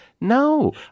No